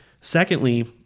Secondly